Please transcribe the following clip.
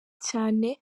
cyane